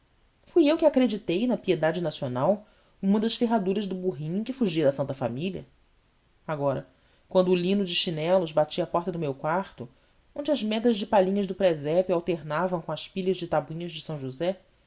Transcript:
fui eu que acreditei na piedade nacional uma das ferraduras do burrinho em que fugira a santa família agora quando o lino de chinelos batia à porta do meu quarto onde as medas de palhinhas do presépio alternavam com as palhas de tabuinhas de são josé